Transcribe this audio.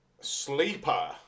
Sleeper